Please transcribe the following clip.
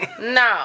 no